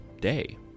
day